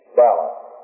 balance